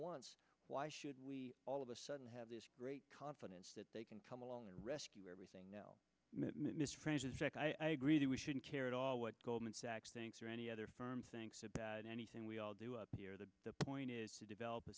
once why should we all of a sudden have this great confidence that they can come along and rescue everything now miss phrases like i agree that we shouldn't care at all what goldman sachs thinks or any other firm thinks about anything we all do up here the point is to develop a